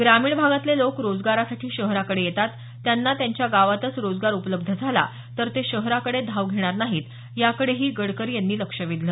ग्रामीण भागातले लोक रोजगारासाठी शहराकडे येतात त्यांना त्यांच्या गावातच रोजगार उपलब्ध झाला तर ते शहराकडे धाव घेणार नाहीत याकडे गडकरी यांनी लक्ष वेधलं